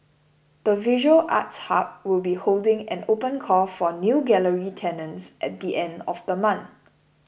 the visual arts hub will be holding an open call for new gallery tenants at the end of the month